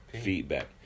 feedback